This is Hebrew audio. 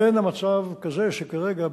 אין המצב כזה שכרגע,